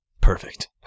Perfect